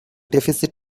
deficit